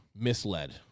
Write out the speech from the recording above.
Misled